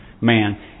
man